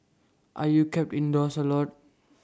are you kept indoors A lot